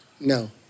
No